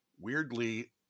weirdly